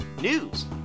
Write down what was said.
news